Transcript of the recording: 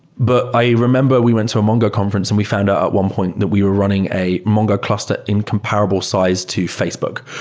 but i remember, we went to a mongo conference and we found out at one point that we were running a mongo cluster incomparable size to facebook.